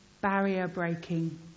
barrier-breaking